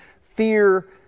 fear